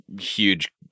huge